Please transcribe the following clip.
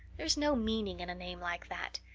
there is no meaning in a name like that.